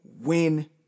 win